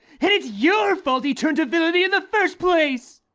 and it's your fault he turned to villainy in the first place!